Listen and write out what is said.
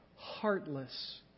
heartless